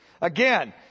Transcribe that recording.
again